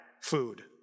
food